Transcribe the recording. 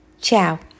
Ciao